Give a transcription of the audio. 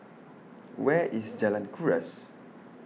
Where IS Jalan Kuras